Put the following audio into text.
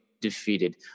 defeated